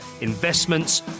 investments